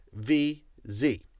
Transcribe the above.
VZ